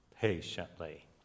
patiently